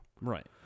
Right